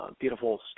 beautiful